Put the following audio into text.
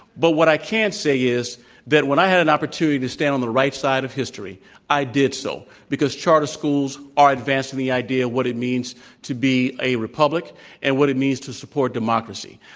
but what i can say is that when i had an opportunity to stay on the right side of history i did so. because charter schools are advancing the idea of what it means to be a republic and what it means to support democracy.